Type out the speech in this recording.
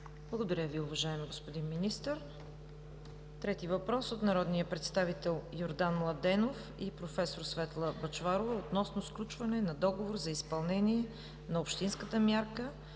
Благодаря, уважаеми господин Министър. Трети въпрос от народния представител Йордан Младенов и проф. Светла Бъчварова относно сключване на договор за изпълнение на общинската мярка